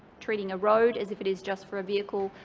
treating a road as if it is just for a vehicle.